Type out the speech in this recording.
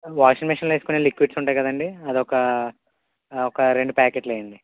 washing మెషిన్లో వేసుకొనే liquids ఉంటాయి కదండి అదొక ఒక రెండు ప్యాకెట్లు వెయ్యండి